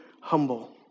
humble